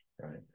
right